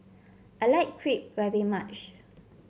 I like Crepe very much